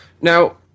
Now